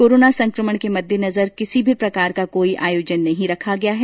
corona संक्रमण के मद्देनजर किसी भी प्रकार कोई आयोजन नहीं रखा गया है